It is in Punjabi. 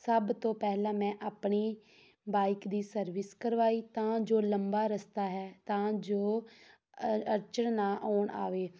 ਸਭ ਤੋਂ ਪਹਿਲਾਂ ਮੈਂ ਆਪਣੀ ਬਾਈਕ ਦੀ ਸਰਵਿਸ ਕਰਵਾਈ ਤਾਂ ਜੋ ਲੰਬਾ ਰਸਤਾ ਹੈ ਤਾਂ ਜੋ ਅਰ ਅੜਚਣ ਨਾ ਆਉਣ ਆਵੇ